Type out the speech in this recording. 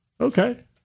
okay